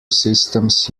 systems